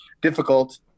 difficult